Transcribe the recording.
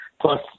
Plus